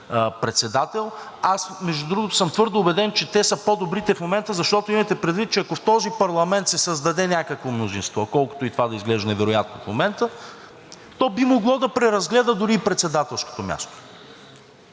председател. Аз, между другото, съм твърдо убеден, че те са по-добрите в момента, защото имайте предвид, че ако в този парламент се създаде някакво мнозинство, колкото и това да изглежда невероятно в момента, то би могло да преразгледа дори председателското място.